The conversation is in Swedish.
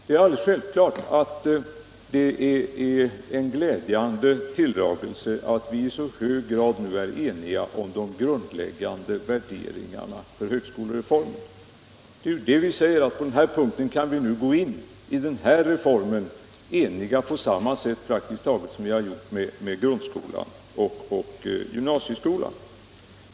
Det är alldeles självklart glädjande att vi nu i så hög grad är eniga om de grundläggande värderingarna när det gäller högskolereformen. Vi säger ju att på den här punkten kan vi gå in i reformen eniga på praktiskt taget samma sätt som var fallet när det gällde grundskolan och gymnasieskolan.